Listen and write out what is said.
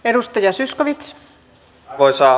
arvoisa rouva puhemies